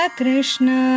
Krishna